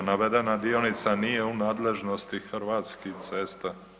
Navedena dionica nije u nadležnosti Hrvatskih cesta.